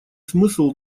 смысл